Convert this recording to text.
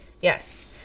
Yes